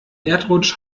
erdrutsch